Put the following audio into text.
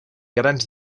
grans